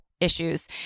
issues